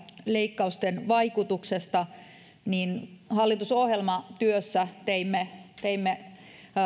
leikkausten vaikutuksista hallitusohjelmatyössä teimme teimme